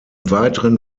weiteren